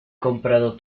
comprado